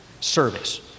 service